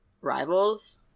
rivals